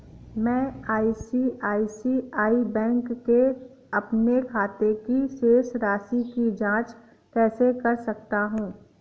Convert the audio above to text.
मैं ICICI bank के अपने खाते की शेष राशि की जाँच कैसे कर सकता हूँ?